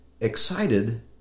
excited